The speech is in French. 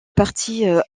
partie